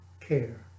care